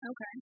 Okay